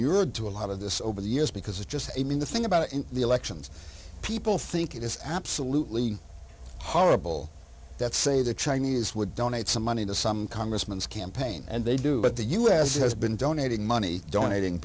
inured to a lot of this over the years because it's just i mean the thing about the elections people think it is absolutely horrible that say the chinese would donate some money to some congressman's campaign and they do but the u s has been donating money donating